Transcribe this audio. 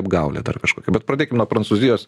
apgaulė dar kažkokia bet pradėkim nuo prancūzijos